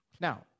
Now